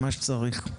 מה שצריך.